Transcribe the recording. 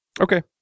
Okay